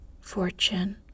fortune